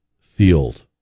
field